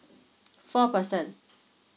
four person